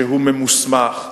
שהוא ממוסמך,